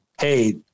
hey –